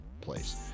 place